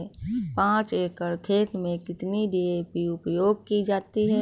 पाँच एकड़ खेत में कितनी डी.ए.पी उपयोग की जाती है?